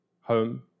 home